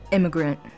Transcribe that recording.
Immigrant